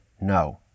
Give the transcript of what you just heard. no